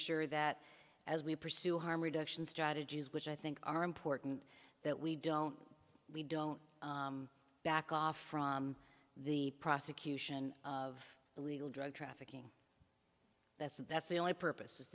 sure that as we pursue harm reduction strategies which i think are important that we don't we don't back off from the prosecution of illegal drug trafficking that's that's the only purpose is